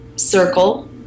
Circle